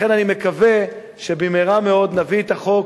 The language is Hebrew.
לכן אני מקווה שבמהרה מאוד נביא את החוק,